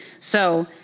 so,